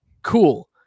cool